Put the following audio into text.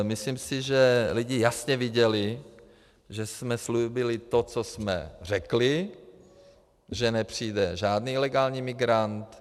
Myslím si, že lidi jasně viděli, že jsme slíbili to, co jsme řekli, že nepřijde žádný ilegální migrant.